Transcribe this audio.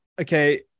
Okay